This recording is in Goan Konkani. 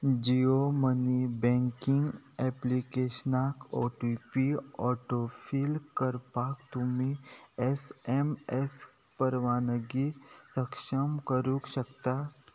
जियो मनी बँकींग ऍप्लिकेशनाक ओ टी पी ऑटोफील करपाक तुमी एस एम एस परवानगी सक्षम करूंक शकता